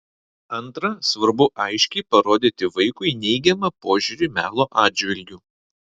antra svarbu aiškiai parodyti vaikui neigiamą požiūrį melo atžvilgiu